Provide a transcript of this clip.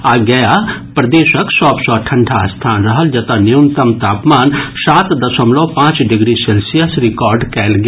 आइ गया प्रदेशक सभ सँ ठंडा स्थान रहल जतऽ न्यूनतम तापमान सात दशमलव पांच डिग्री सेल्सियस रिकॉर्ड कयल गेल